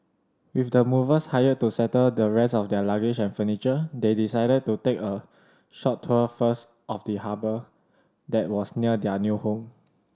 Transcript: with the movers hired to settle the rest of their luggage and furniture they decided to take a short tour first of the harbour that was near their new home